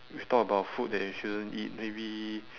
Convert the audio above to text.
we've talked about food that we shouldn't eat maybe